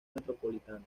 metropolitana